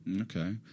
Okay